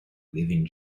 leaving